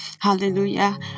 Hallelujah